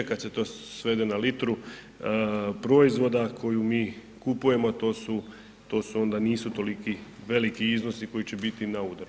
Kad se to svede na litru proizvoda koju mi kupujemo, to su onda, nisu toliki veliki iznosi koji će biti na udaru.